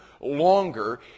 longer